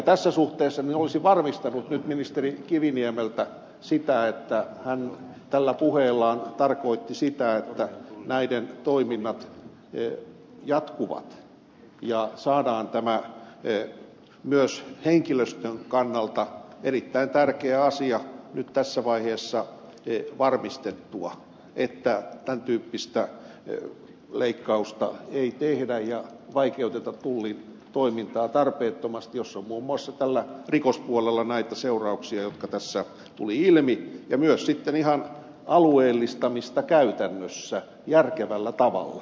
tässä suhteessa olisin varmistanut nyt ministeri kiviniemeltä sen että hän tällä puheellaan tarkoitti sitä että näiden toiminnat jatkuvat ja saadaan tämä myös henkilöstön kannalta erittäin tärkeä asia nyt tässä vaiheessa varmistettua että tämän tyyppistä leikkausta ei tehdä ja vaikeuteta tullin toimintaa tarpeettomasti mistä on muun muassa rikospuolella näitä seurauksia jotka tässä tulivat ilmi ja että toteutetaan myös sitten ihan alueellistamista käytännössä järkevällä tavalla